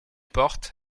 porte